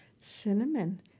Cinnamon